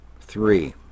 three